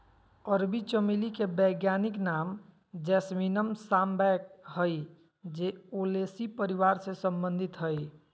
अरबी चमेली के वैज्ञानिक नाम जैस्मीनम सांबैक हइ जे ओलेसी परिवार से संबंधित हइ